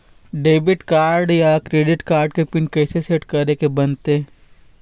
Debit card या credit card के pin कइसे सेट करे के बनते?